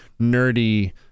nerdy